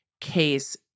case